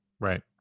right